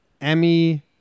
Emmy